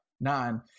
nine